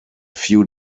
few